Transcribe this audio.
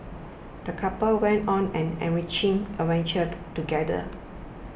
the couple went on an enriching adventure together